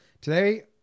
Today